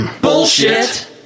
Bullshit